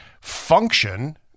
function